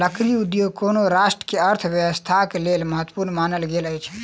लकड़ी उद्योग कोनो राष्ट्र के अर्थव्यवस्थाक लेल महत्वपूर्ण मानल गेल अछि